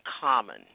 common